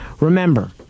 Remember